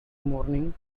mourning